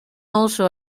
also